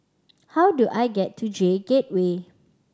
how do I get to J Gateway